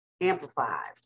Amplified